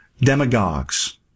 Demagogues